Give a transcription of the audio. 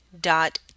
dot